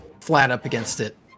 flat-up-against-it